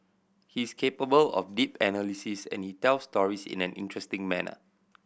he's capable of deep analysis and he tells stories in an interesting manner